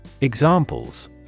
Examples